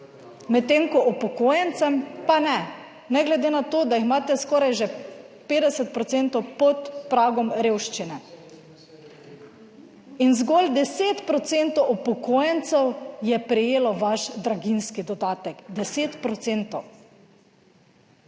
medtem ko upokojencem pa ne, ne glede na to, da jih imate skoraj že 50 % pod pragom revščine in zgolj 10 % upokojencev je prejelo vaš draginjski dodatek, 10